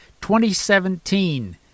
2017